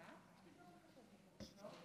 גם לי יש בקשת דיבור.